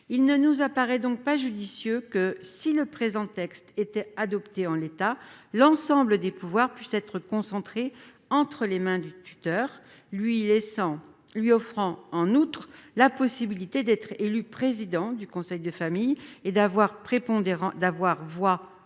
Il ne nous apparaît donc pas judicieux, si le présent texte devait être adopté en l'état, que l'ensemble des pouvoirs puissent être concentrés entre les mains du tuteur, lui offrant en outre la possibilité d'être élu président du conseil de famille et d'avoir voix prépondérante